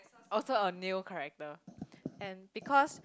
also a new character and because